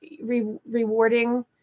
rewarding